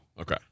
okay